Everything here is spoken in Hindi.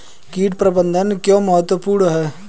कीट प्रबंधन क्यों महत्वपूर्ण है?